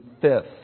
fifth